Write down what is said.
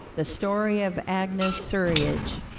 the story of agnes surriage.